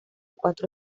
cuatro